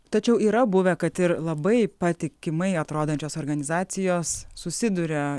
tačiau yra buvę kad ir labai patikimai atrodančios organizacijos susiduria